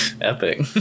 Epic